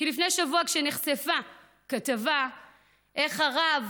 כי לפני שבוע נחשף בכתבה איך אחד